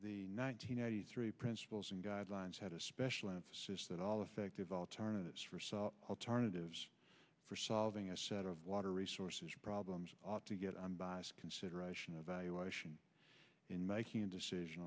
hundred eighty three principles and guidelines had a special emphasis that all effective alternatives for cell alternatives for solving a set of water resources problems ought to get unbiased consideration a valuation in making a decision